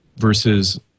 versus